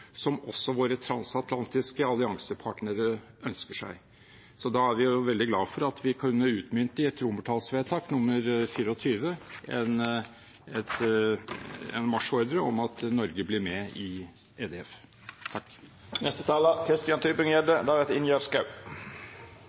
som også våre transatlantiske alliansepartnere ønsker seg. Da er vi veldig glade for at vi kunne utmynte i et romertallsvedtak, XXIV, en marsjordre om at Norge blir med i EDF.